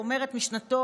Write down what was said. אומר את משנתו,